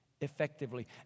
effectively